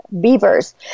beavers